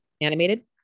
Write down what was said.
Animated